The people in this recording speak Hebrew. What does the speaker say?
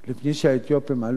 לפני שהאתיופים עלו,